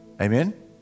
Amen